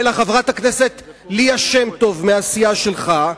אלא חברת הכנסת ליה שמטוב מהסיעה שלך.